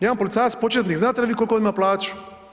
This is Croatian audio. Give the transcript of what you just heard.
Jedan policajac početnik, znate li vi koliko ima plaću?